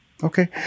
Okay